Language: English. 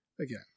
again